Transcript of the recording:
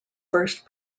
first